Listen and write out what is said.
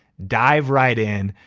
dive right in.